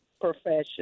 profession